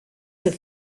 have